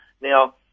Now